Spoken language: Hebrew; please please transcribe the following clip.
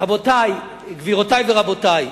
גבירותי ורבותי,